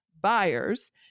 buyers